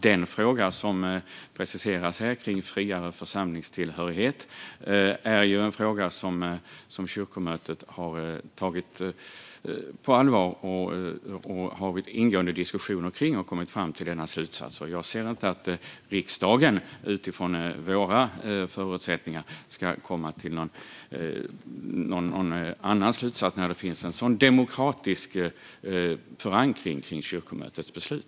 Den fråga som preciseras här om friare församlingstillhörighet är en fråga som kyrkomötet har tagit på allvar, och man har efter ingående diskussioner kommit fram till denna slutsats. Jag anser inte att riksdagen utifrån våra förutsättningar ska komma till någon annan slutsats när det finns en sådan demokratisk förankring runt kyrkomötets beslut.